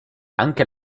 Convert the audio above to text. anche